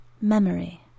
memory